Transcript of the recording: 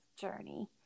journey